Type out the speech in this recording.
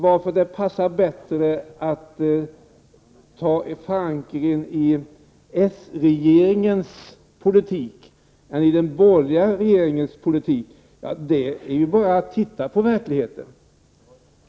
Varför passar det bättre att ha sin förankring i den socialdemokratiska regeringens politik än i den borgerliga regeringens politik? Det är bara att gå till verkligheten.